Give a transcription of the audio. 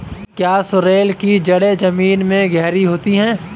क्या सोरेल की जड़ें जमीन में गहरी होती हैं?